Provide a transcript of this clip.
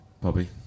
Bobby